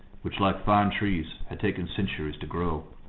which, like fine trees, had taken centuries to grow.